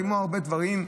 כמו בהרבה דברים,